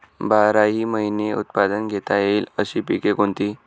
बाराही महिने उत्पादन घेता येईल अशी पिके कोणती?